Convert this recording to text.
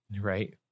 Right